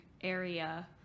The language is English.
area